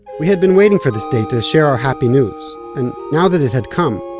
we had been waiting for this day to share our happy news. and now that it had come,